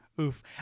oof